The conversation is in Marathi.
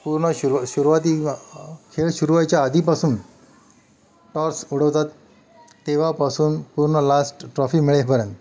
पूर्ण सुरू सुरूवाती खेळ सुरु व्हायच्या आधीपासून टॉस उडवतात तेव्हापासून पूर्ण लास्ट ट्रॉफी मिळेपर्यंत